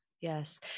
Yes